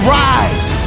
rise